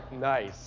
Nice